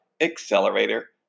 Accelerator